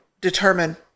determine